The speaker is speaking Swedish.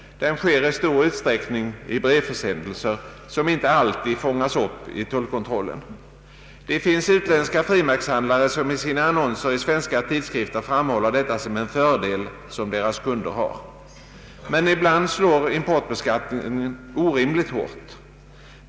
Den sker i stor utsträckning i brevförsändelser, som inte alltid fångas upp i tullkontrollen. Det finns utländska frimärkssamlare som i sina annonser i svenska tidskrifter framhåller detta som en fördel som deras kunder har. Men ibland slår importbeskattningen orimligt hårt för dem.